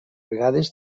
vegades